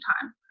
time